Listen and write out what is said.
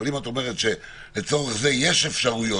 אבל אם את אומרת שלצורך זה יש אפשרויות,